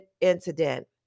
incident